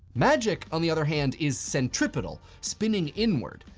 magic, on the other hand, is centripetal, spinning inward.